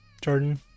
Jordan